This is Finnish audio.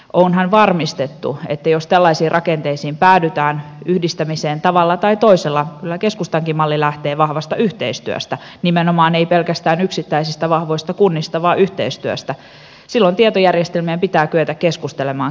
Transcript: onhan varmistettu että jos tällaisiin rakenteisiin päädytään yhdistämiseen tavalla tai toisella kyllä keskustankin malli lähtee vahvasta yhteistyöstä nimenomaan ei pelkästään yksittäisistä vahvoista kunnista vaan yhteistyöstä tietojärjestelmät kykenevät keskustelemaan keskenään